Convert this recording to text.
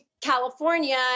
California